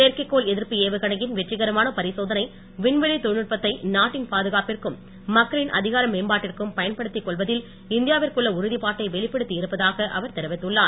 செயற்கைகோள் எதிர்ப்பு ஏவுகனையின் வெற்றிகரமான பரிசோதனை விண்வெளி தொழில்நுட்பத்தை நாட்டின் பாதுகாப்பிற்கும் மக்களின் அதிகார மேம்பாட்டிற்கும் பயன்படுத்திக்கொள்வதில் இந்தியாவிற்குள்ள உறுதிப்பாட்டை வெளிப்படுத்தி இருப்பதாக அவர் தெரிவித்துள்ளார்